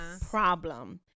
problem